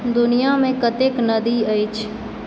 दुनियाँमे कतेक नदी अछि